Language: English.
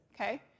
Okay